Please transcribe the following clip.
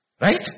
Right